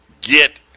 get